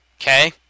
okay